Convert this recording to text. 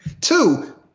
Two